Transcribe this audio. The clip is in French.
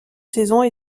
saisons